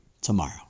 tomorrow